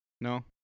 No